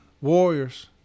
Warriors